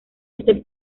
este